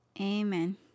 Amen